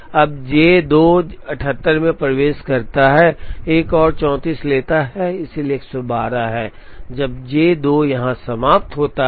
अब J 2 78 में प्रवेश करता है एक और 34 लेता है इसलिए 112 है जब J 2 यहाँ समाप्त होता है